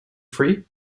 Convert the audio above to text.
free